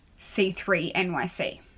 C3NYC